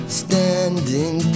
standing